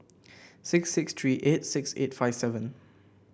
six six three eight six eight five seven